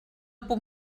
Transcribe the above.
puc